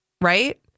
Right